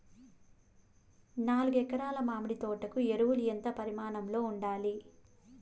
నాలుగు ఎకరా ల మామిడి తోట కు ఎరువులు ఎంత పరిమాణం లో ఉండాలి?